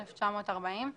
1940,